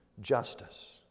justice